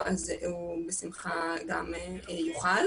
אנחנו הבנו את זה תוך כדי הפנייה של משרד החוץ